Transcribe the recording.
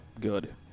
good